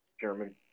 German